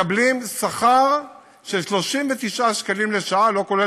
מקבלים שכר של 39 שקלים לשעה לא כולל